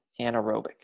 anaerobic